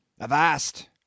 Avast